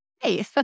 hey